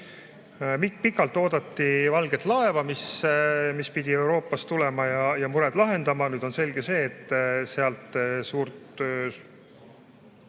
Pikalt oodati valget laeva, mis pidi Euroopast tulema ja mured lahendama. Nüüd on selge, et sealt suurt